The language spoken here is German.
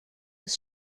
des